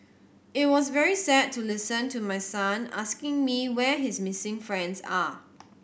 it was very sad to listen to my son asking me where his missing friends are